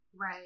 Right